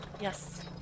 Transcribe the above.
Yes